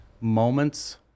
moments